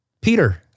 Peter